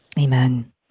Amen